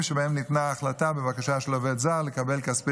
שבהם ניתנה החלטה בבקשה של עובד זר לקבל כספי